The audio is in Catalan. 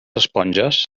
esponges